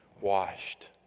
washed